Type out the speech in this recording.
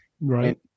right